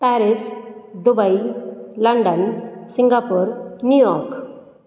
Paris Dubai London Singapore New York